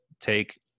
take